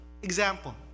Example